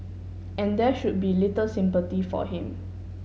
and there should be little sympathy for him